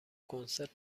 کنسرت